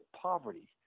poverty